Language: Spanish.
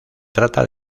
trata